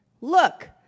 look